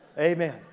Amen